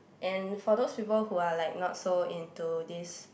and for those people who are like not so into this